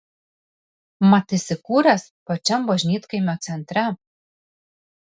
mat įsikūręs pačiam bažnytkaimio centre